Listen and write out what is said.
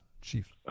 chief